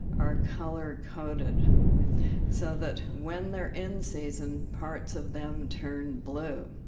are color-coded so that, when they're in season, parts of them turn blue.